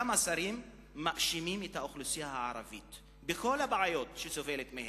כמה שרים מאשימים את האוכלוסייה הערבית בכל הבעיות שהיא סובלת מהם,